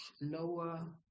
lower